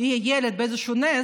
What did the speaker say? אין ספק שהמטרה,